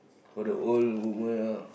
got the old women